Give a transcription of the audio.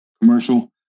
Commercial